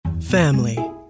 family